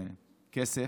כסף,